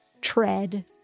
tread